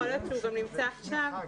אנחנו פותחים שמרטפיות,